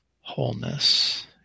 wholeness